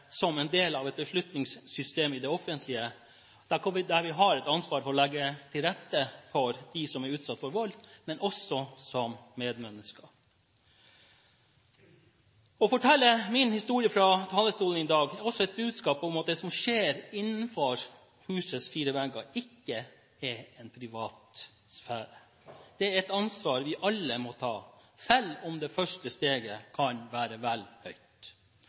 som en del av et beslutningssystem i det offentlige der vi har et ansvar for å legge til rette for dem som er utsatt for vold, men også som medmennesker. Å fortelle min historie fra talerstolen i dag er også et budskap om at det som skjer innenfor husets fire vegger, ikke er en privat affære. Det er et ansvar vi alle må ta, selv om det første steget kan være vel høyt.